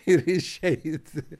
ir išeit